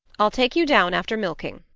i'll take you down after milking.